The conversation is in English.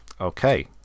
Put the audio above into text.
Okay